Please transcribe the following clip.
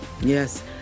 Yes